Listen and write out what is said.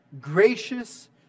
gracious